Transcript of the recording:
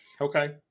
okay